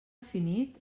finit